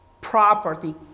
property